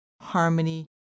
harmony